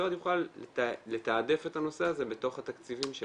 המשרד יוכל לתעדף את הנושא הזה בתוך התקציבים שלו.